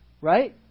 Right